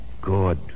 Good